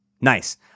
Nice